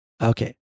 Okay